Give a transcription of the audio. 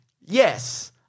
Yes